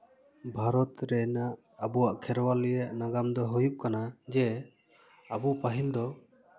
ᱵᱷᱟᱨᱚᱛ ᱨᱮᱱᱟᱜ ᱟᱵᱚ ᱠᱷᱮᱨᱣᱟᱞᱤᱭᱟᱹ ᱟᱜ ᱱᱟᱜᱟᱢ ᱫᱚ ᱦᱩᱭᱩᱜ ᱠᱟᱱᱟ ᱡᱮ ᱟᱵᱚ ᱯᱟᱹᱦᱤᱞ ᱫᱚ